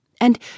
And